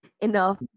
enough